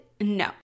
no